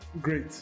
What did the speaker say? great